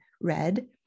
red